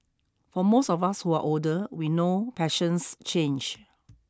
for most of us who are older we know passions change